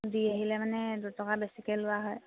দি আহিলে মানে দুটকা বেছিকৈ লোৱা হয়